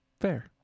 Fair